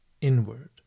inward